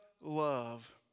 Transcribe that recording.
love